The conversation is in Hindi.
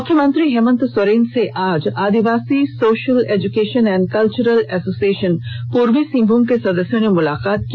मुख्यमंत्री हेमन्त सोरेन से आज Adivasi social education and cultural association Purbi Singhbhum के सदस्यों ने मुलाकात की